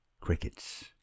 crickets